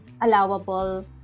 allowable